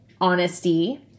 honesty